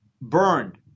burned